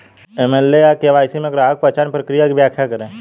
AML या KYC में ग्राहक पहचान प्रक्रिया की व्याख्या करें?